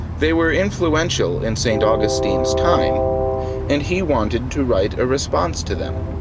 they were influential in st. augustine's time and he wanted to write a response to them.